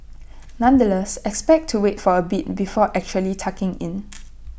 nonetheless expect to wait for A bit before actually tucking in